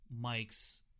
Mike's